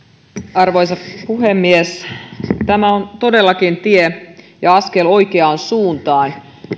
arvoisa puhemies tämä on todellakin tie ja askel oikeaan suuntaan